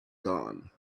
gone